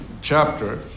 chapter